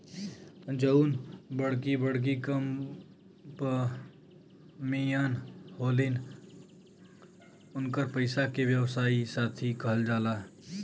जउन बड़की बड़की कंपमीअन होलिन, उन्कर पइसा के व्यवसायी साशी कहल जाला